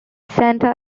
santa